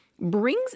brings